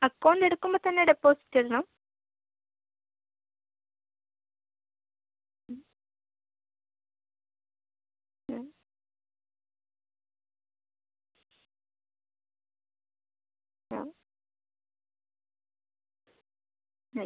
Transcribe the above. account എടുക്കുമ്പോൾ തന്നെ deposit ഇടണോ ആ